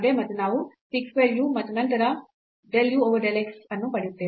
ಮತ್ತು ನಾವು sec square u ಮತ್ತು ನಂತರ del u over del x ಅನ್ನು ಪಡೆಯುತ್ತೇವೆ